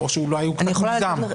או שאולי הוא קצת מוגזם.